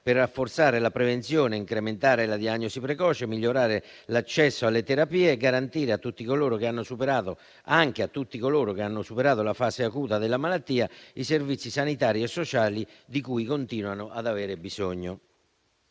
per rafforzare la prevenzione, incrementare la diagnosi precoce, migliorare l'accesso alle terapie e garantire, anche a tutti coloro che hanno superato la fase acuta della malattia, i servizi sanitari e sociali di cui continuano ad avere bisogno.